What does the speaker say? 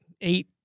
eight